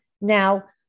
Now